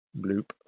bloop